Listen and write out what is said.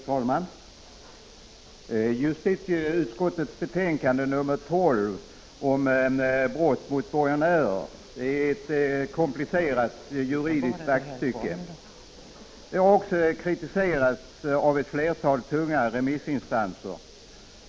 Fru talman! Justitieutskottets betänkande 12 om brott mot borgenärer är ett komplicerat juridiskt aktstycke. Det har också kritiserats av ett flertal tunga remissinstanser.